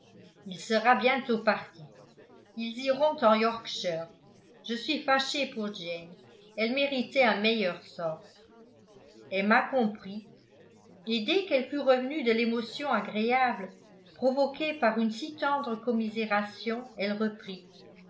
il sera bientôt parti ils iront en yorkshire je suis fâché pour jane elle méritait un meilleur sort emma comprit et dès qu'elle fut revenue de l'émotion agréable provoquée par une si tendre commisération elle reprit